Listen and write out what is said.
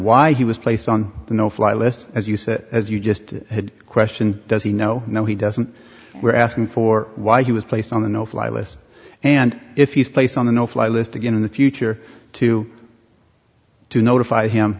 why he was placed on the no fly list as you said as you just had a question does he no no he doesn't we're asking for why he was placed on the no fly list and if he's placed on the no fly list again in the future to to notify him